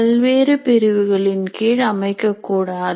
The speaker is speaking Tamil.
பல்வேறு பிரிவுகளின் கீழ் அமைக்கக்கூடாது